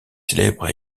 célèbre